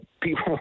people